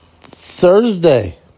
Thursday